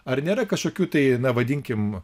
ar nėra kažkokių tai na vadinkim